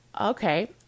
Okay